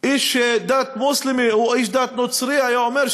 איש דת מוסלמי או איש דת נוצרי היה אומר,